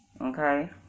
Okay